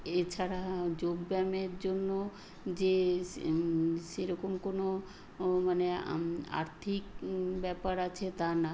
এছাড়া যোগ ব্যায়াম জন্য যেস সেরকম কোনো মানে আর্থিক ব্যাপার আছে তা না